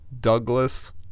Douglas